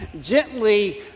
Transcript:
gently